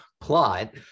plot